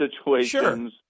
situations